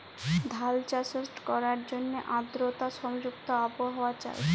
ধাল চাষট ক্যরার জ্যনহে আদরতা সংযুক্ত আবহাওয়া চাই